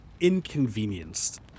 Inconvenienced